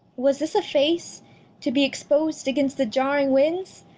was this a face to be expos'd against the jarring winds?